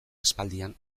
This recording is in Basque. aspaldian